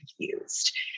confused